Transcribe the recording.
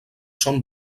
són